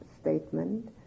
statement